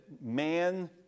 man